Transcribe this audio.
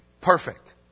perfect